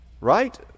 right